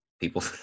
people